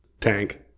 tank